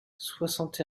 soixante